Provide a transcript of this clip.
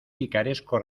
picaresco